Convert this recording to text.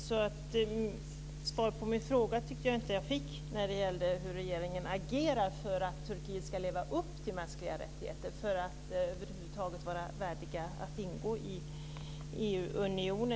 Jag tycker alltså inte att jag fick svar på min fråga när det gäller hur regeringen agerar för att Turkiet ska leva upp till kraven på mänskliga rättigheter för att över huvud taget vara värdigt att ingå i EU.